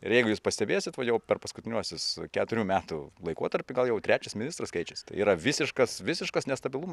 ir jeigu jūs pastebėsit va jau per paskutiniuosius keturių metų laikotarpį gal jau trečias ministras keičias tai yra visiškas visiškas nestabilumas